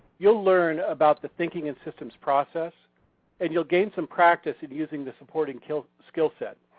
you'll learn about the thinking in systems process and you'll gain some practice at using the supporting skill skill set.